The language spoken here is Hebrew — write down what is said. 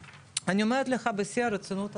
אני אומרת לך בשיא הרצינות עכשיו,